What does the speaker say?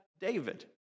David